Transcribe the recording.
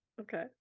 Okay